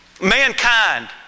mankind